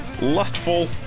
lustful